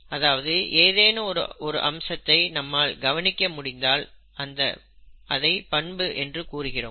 அதாவது ஏதேனும் ஒரு அம்சத்தை நம்மால் கவனிக்க முடிந்தால் அதை பண்பு என்று கூறுகிறோம்